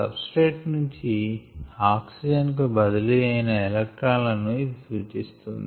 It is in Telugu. సబ్స్ట్రేట్ నుంచి ఆక్సిజన్ కు బదిలీ అయిన ఎలెక్ట్రాన్ ల ను ఇది సూచిస్తుంది